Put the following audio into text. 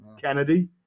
Kennedy